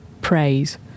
praise